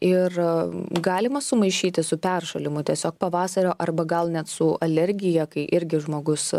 ir galima sumaišyti su peršalimu tiesiog pavasario arba gal net su alergija kai irgi žmogus